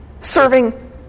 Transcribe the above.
serving